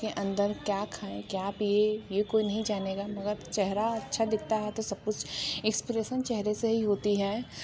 आप के अन्दर क्या खाएं क्या पिए ये कोई नहीं जानेगा मगर चेहरा अच्छा दिखता है तो सब कुछ एक्सप्रेसन चेहरे से ही होती है